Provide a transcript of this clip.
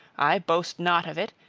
i boast not of it!